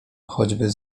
choćby